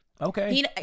Okay